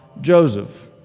Joseph